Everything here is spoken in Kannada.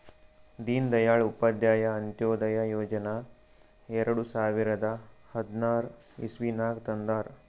ದೀನ್ ದಯಾಳ್ ಉಪಾಧ್ಯಾಯ ಅಂತ್ಯೋದಯ ಯೋಜನಾ ಎರಡು ಸಾವಿರದ ಹದ್ನಾರ್ ಇಸ್ವಿನಾಗ್ ತಂದಾರ್